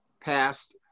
passed